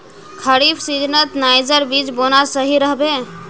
खरीफ सीजनत नाइजर बीज बोना सही रह बे